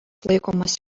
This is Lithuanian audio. laikomas